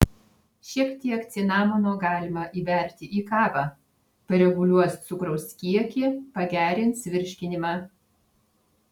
šiek tiek cinamono galima įberti į kavą pareguliuos cukraus kiekį pagerins virškinimą